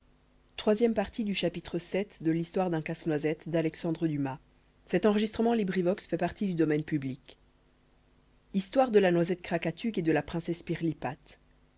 l'amande de la noisette de krakatuk dût rendre la beauté à la princesse